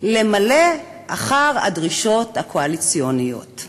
למלא אחר הדרישות הקואליציוניות.